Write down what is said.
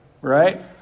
Right